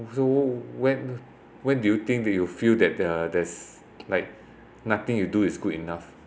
so when when do you think that you feel that uh there's like nothing you do is good enough